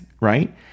right